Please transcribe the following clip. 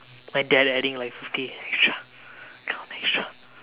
my dad adding like fifty extra extra